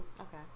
Okay